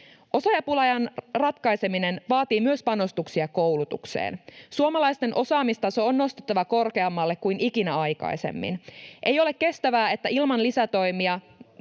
Osaajapulan ratkaiseminen vaatii myös panostuksia koulutukseen. Suomalaisten osaamistaso on nostettava korkeammalle kuin ikinä aikaisemmin. Ei ole kestävää, että ilman lisätoimia